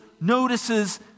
notices